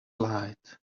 lied